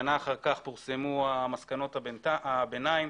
שנה אחר כך פורסמו מסקנות הביניים,